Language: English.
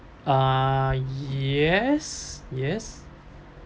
ah yes yes